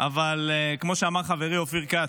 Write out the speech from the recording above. אבל כמו שאמר חברי אופיר כץ,